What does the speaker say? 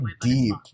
deep